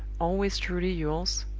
always truly yours,